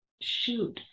shoot